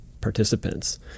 participants